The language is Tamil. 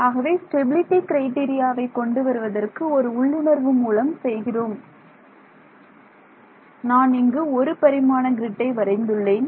ஆகவே ஸ்டெபிலிட்டி க்ரைடீரியாவை கொண்டு வருவதற்கு ஒரு உள்ளுணர்வு மூலம் செய்கிறோம் என்பது நான் இங்கு ஒரு பரிமாண கிரிட்டை வரைந்துள்ளேன்